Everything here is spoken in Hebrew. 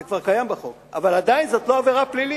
זה כבר קיים בחוק, אבל עדיין זאת לא עבירה פלילית.